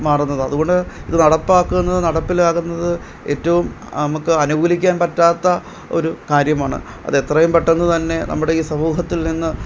മാറുന്നത് അതുകൊണ്ട് ഇത് നടപ്പാക്കുന്നത് നടപ്പിലാകുന്നത് ഏറ്റവും നമുക്ക് അനുകൂലിക്കാൻ പറ്റാത്ത ഒരു കാര്യമാണ് അത് എത്രയും പെട്ടെന്ന് തന്നെ നമ്മുടെ ഈ സമൂഹത്തിൽ നിന്ന്